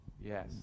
Yes